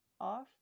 off